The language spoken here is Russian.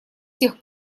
тех